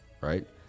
Right